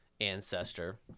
ancestor